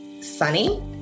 sunny